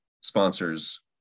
sponsors